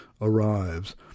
arrives